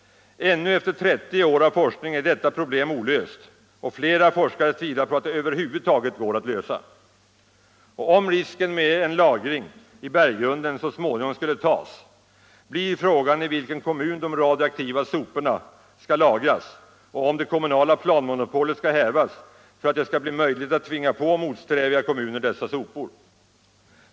Ännu efter 30 år av forskning är detta problem olöst, och flera forskare tvivlar på att det över huvud taget går att lösa. Och om risken med en lagring i berggrunden så småningom skulle tas, blir frågan i vilken kommun de radioaktiva soporna skall lagras och om det kommunala planmonopolet skall hävas för att det skall bli möjligt att tvinga på motsträviga kommuner dessa sopor.